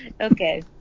Okay